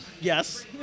yes